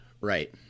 Right